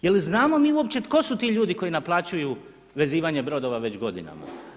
Jer znamo mi uopće tko su ti ljudi koji naplaćuju vezivanje brodova već godinama?